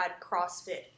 CrossFit